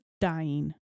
dying